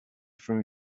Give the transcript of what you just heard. from